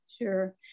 Sure